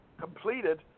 completed